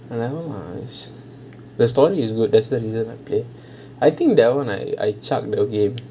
and I don't like the story is good that's the reason I play I think that [one] I I chucked the game